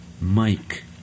Mike